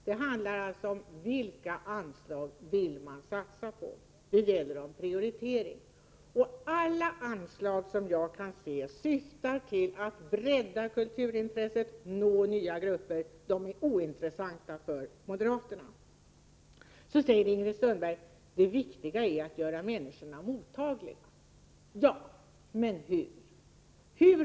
Det handlar ju om vilka anslag som man vill satsa på, en prioritering. Som jag kan se är alla anslag som syftar till ett brett kulturintresse och till att nå nya grupper ointressanta för moderaterna. Ingrid Sundberg säger: Det viktiga är att göra människorna mottagliga. Ja, men hur?